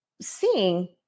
seeing